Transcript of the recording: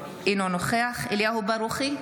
אינו נוכח אליהו ברוכי,